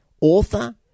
author